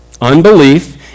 Unbelief